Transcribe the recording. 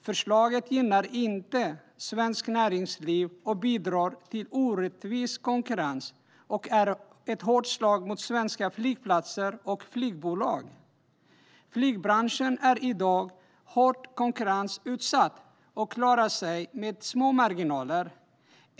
Förslaget gynnar inte svenskt näringsliv men bidrar till orättvis konkurrens och är ett hårt slag mot svenska flygplatser och flygbolag. Flygbranschen är i dag hårt konkurrensutsatt och klarar sig med små marginaler.